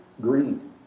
green